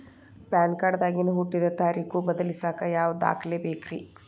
PAN card ದಾಗಿನ ಹುಟ್ಟಿದ ತಾರೇಖು ಬದಲಿಸಾಕ್ ಯಾವ ದಾಖಲೆ ಬೇಕ್ರಿ?